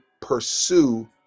pursue